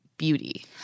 beauty